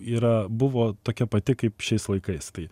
yra buvo tokia pati kaip šiais laikais tai